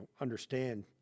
understand